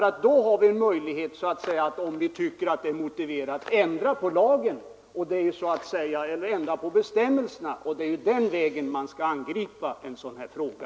Ett bifall till det förslaget skulle innebära att vi fick möjlighet att ändra på bestämmelserna om vi tycker det är motiverat. Det är ju den vägen man skall angripa en sådan här fråga.